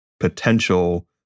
potential